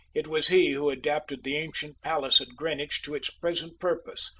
it was he who adapted the ancient palace at greenwich to its present purpose,